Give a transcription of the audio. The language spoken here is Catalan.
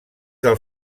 del